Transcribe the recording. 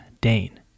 Dane